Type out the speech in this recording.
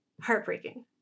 heartbreaking